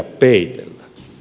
se on totuus